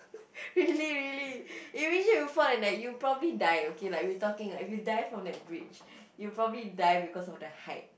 really really imagine you fall and like you probably die okay like we are talking like you die from that bridge you probably die because of the height